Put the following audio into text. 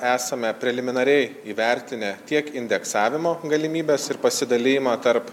esame preliminariai įvertinę tiek indeksavimo galimybes ir pasidalijimą tarp